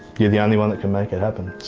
you're the only one that can make it happen.